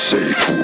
Safe